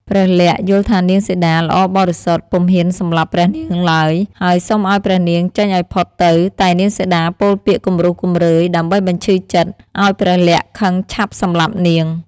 ព្រះលក្សណ៍យល់ថានាងសីតាល្អបរិសុទ្ធ ពុំហ៊ានសម្លាប់ព្រះនាងឡើយ ហើយសុំឱ្យព្រះនាងចេញឱ្យផុតទៅ តែនាងសីតាពោលពាក្យគំរោះគំរើយ ដើម្បីបញ្ឈឺចិត្តឱ្យព្រះលក្សណ៍ខឹងឆាប់សម្លាប់នាង។